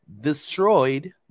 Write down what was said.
destroyed